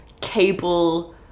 cable